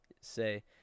say